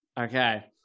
Okay